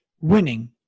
winning